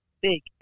Big